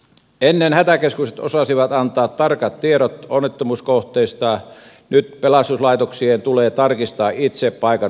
ennen hätäkeskukset osasivat antaa tarkat tiedot onnettomuuskohteista nyt pelastuslaitoksien tulee tarkistaa itse paikannustiedot